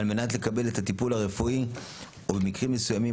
על מנת לקבל את הטיפול הרפואי ובמקרים מסוימים,